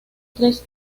tres